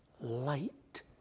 light